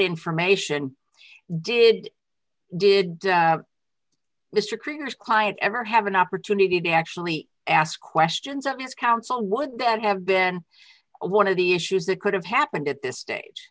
information did did mr cremer's client ever have an opportunity to actually ask questions of his counsel would that have been one of the issues that could have happened at this stage